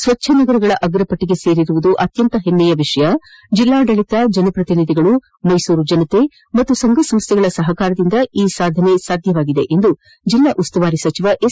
ಸ್ವಜ್ಞ ನಗರಗಳ ಅಗ್ರಮ್ನಗೆ ಸೇರಿರುವುದು ಅತ್ಯಂತ ಹೆಮ್ಮೆಯ ವಿಷಯ ಜಿಲ್ನಾಡಳಿತ ಜನಪ್ರತಿನಿಧಿಗಳು ಮೈಸೂರು ಜನತೆ ಪಾಗೂ ಸಂಘ ಸಂಸ್ಥೆಗಳ ಸಪಕಾರದಿಂದ ಈ ಸಾಧನೆ ಸಾಧ್ಯವಾಗಿದೆ ಎಂದು ಜಿಲ್ಲಾ ಉಸ್ತುವಾರಿ ಸಚಿವ ಎಸ್